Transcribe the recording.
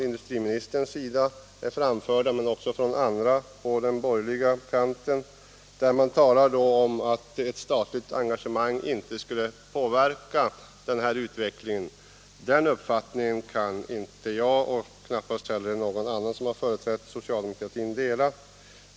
Industriministern och även andra talare på den borgerliga kanten säger att ett statligt engagemang inte skulle påverka denna utveckling. Den uppfattningen kan inte jag dela — och knappast heller någon annan som har företrätt socialdemokratin.